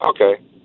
Okay